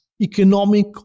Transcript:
economic